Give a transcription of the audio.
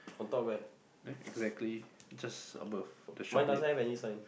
there exactly just above the shop name